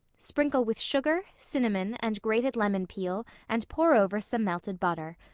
sprinkle with sugar, cinnamon and grated lemon peel and pour over some melted butter.